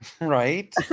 right